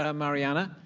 ah mariana.